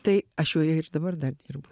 tai aš joje ir dabar dar dirbu